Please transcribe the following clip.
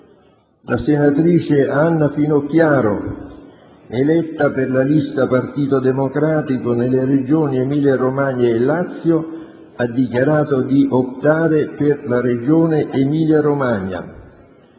la senatrice Anna Finocchiaro, eletta per la lista «Partito Democratico» nelle Regioni Emilia-Romagna e Lazio, ha dichiarato di optare per la Regione Emilia-Romagna;